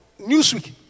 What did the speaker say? Newsweek